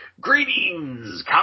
Greetings